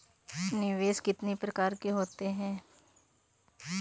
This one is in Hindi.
निवेश कितनी प्रकार के होते हैं?